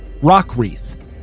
Rockwreath